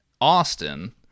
Austin